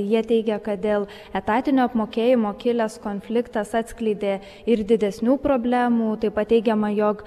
jie teigia kad dėl etatinio apmokėjimo kilęs konfliktas atskleidė ir didesnių problemų taip pat teigiama jog